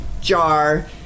jar